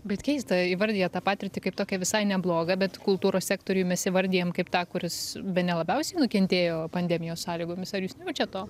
bet keista įvardijat tą patirtį kaip tokią visai neblogą bet kultūros sektorių mes įvardijam kaip tą kuris bene labiausiai nukentėjo pandemijos sąlygomis ar jūs nejaučiat to